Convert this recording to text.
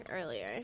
earlier